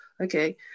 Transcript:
okay